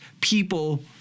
people